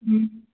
हम्म